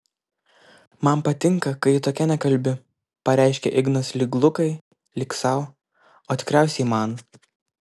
man patinka kai ji tokia nekalbi pareiškia ignas lyg lukai lyg sau o tikriausiai man